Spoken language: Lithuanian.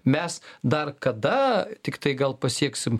mes dar kada tiktai gal pasieksim